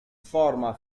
forma